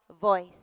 voice